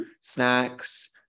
snacks